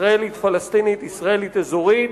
ישראלית פלסטינית, ישראלית אזורית.